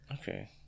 Okay